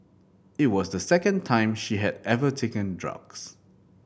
it was the second time she had ever taken drugs